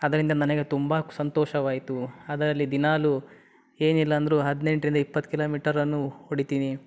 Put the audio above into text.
ಅದರಿಂದ ನನಗೆ ತುಂಬ ಕ್ ಸಂತೋಷವಾಯಿತು ಅದರಲ್ಲಿ ದಿನಾಲು ಏನಿಲ್ಲ ಅಂದರೂ ಹದಿನೆಂಟರಿಂದ ಇಪ್ಪತ್ತು ಕಿಲೋಮೀಟರನ್ನು ಹೊಡೀತೀನಿ